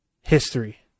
history